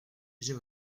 j’ai